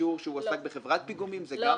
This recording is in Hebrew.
אישור שהוא עסק בחברת פיגומים זה גם טוב?